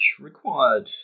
required